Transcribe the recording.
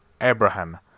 Abraham